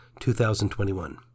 2021